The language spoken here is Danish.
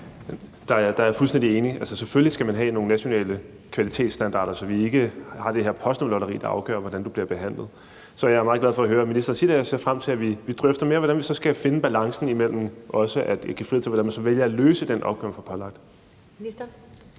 Der er jeg fuldstændig enig. Selvfølgelig skal man have nogle nationale kvalitetsstandarder, så vi ikke har det her postnummerlotteri, der afgør, hvordan du bliver behandlet. Så jeg er meget glad for at høre, at ministeren siger det her, og jeg ser frem til, at vi drøfter mere, hvordan vi så skal finde balancen imellem, hvordan man så vælger at løse den opgave, man får pålagt.